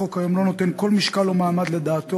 החוק כיום לא נותן כל משקל או מעמד לדעתו,